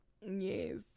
yes